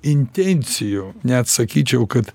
intencijų net sakyčiau kad